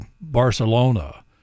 barcelona